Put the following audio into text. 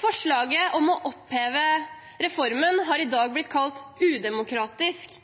Forslaget om å oppheve reformen har i dag blitt kalt udemokratisk